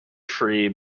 free